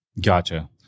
Gotcha